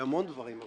יש לי המון דברים.